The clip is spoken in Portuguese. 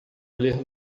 ler